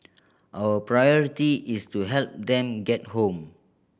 our priority is to help them get home